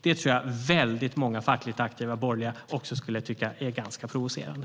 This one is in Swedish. Det tror jag att många fackligt aktiva borgerliga också skulle tycka är ganska provocerande.